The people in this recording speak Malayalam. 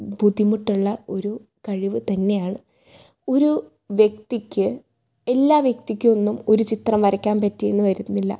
ബുദ്ധിമുട്ടുള്ള ഒരു കഴിവ് തന്നെയാണ് ഒരു വ്യക്തിക്ക് എല്ലാ വ്യക്തിക്കും ഒന്നും ഒരു ചിത്രം വരയ്ക്കാൻ പറ്റീന്ന് വരുന്നില്ല